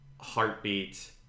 Heartbeat